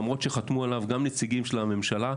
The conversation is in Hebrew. למרות שחתמו עליו גם נציגים של הממשלה,